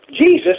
Jesus